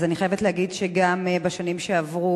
אני חייבת להגיד שגם בשנים שעברו,